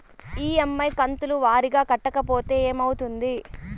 EMI కంతుల వారీగా కట్టకపోతే ఏమవుతుంది?